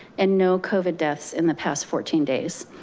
and no covid deaths in the past fourteen days.